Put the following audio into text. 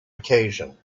occasion